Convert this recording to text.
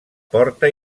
porta